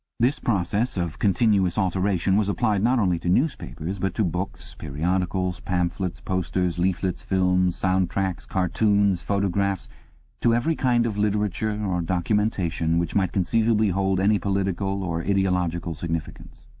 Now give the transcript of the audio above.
this process of continuous alteration was applied not only to newspapers, but to books, periodicals, pamphlets, posters, leaflets, films, sound-tracks, cartoons, photographs to every kind of literature or documentation which might conceivably hold any political or ideological significance.